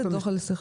אין לזה שום טעם,